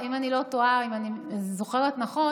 אם אני לא טועה ואם אני זוכרת נכון,